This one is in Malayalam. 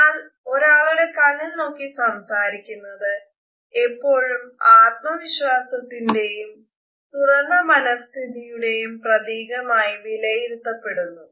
എന്നാൽ ഒരാളുടെ കണ്ണിൽ നോക്കി സംസാരിക്കുന്നത് എല്ലായ്പോഴും ആത്മവിശ്വാസത്തിന്റെയും തുറന്ന മനസ്ഥിതിയുടെയും പ്രതീകമായി വിലയിരുത്തപ്പെടുന്നു